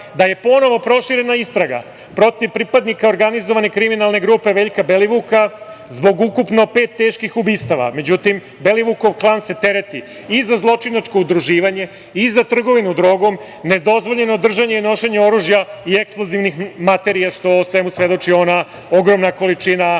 da je ponovo proširena istraga, protiv pripadnika organizovane kriminalne grupe Veljka Belivuka, zbog ukupno pet teških ubistava.Međutim, Belivukov klan se tereti i za zločinačko udruživanje i za trgovinu drogom, nedozvoljeno držanje i nošenje oružja i eksplozivnih materija, što o svemu svedoči ona ogromna količina vojnog